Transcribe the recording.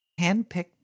Handpicked